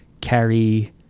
Carry